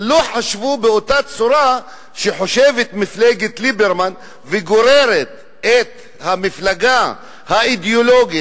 לא חשבו באותה צורה שחושבת מפלגת ליברמן וגוררת את המפלגה האידיאולוגית,